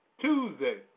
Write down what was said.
Tuesday